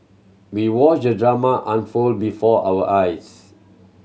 we watched drama unfold before our eyes